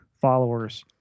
followers